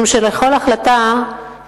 משום שלכל החלטה